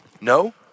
No